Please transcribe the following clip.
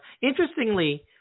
Interestingly